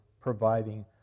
providing